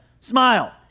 Smile